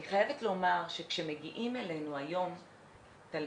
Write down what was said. אני חייבת לומר שכשמגיעים אלינו היום תלמידים,